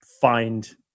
find